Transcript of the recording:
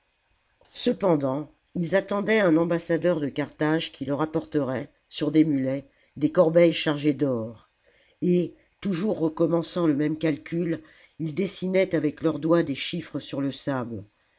cependant ils attendaient un ambassadeur de carthage qui leur apporterait sur des mulets des corbeilles chargées d'or et toujours recommençant le même calcul ils dessinaient avec leurs doigts des chiffres sur le sable